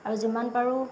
আৰু যিমান পাৰোঁ